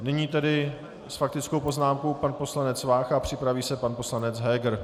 Nyní tedy s faktickou poznámkou pan poslanec Vácha a připraví se pan poslanec Heger.